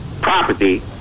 property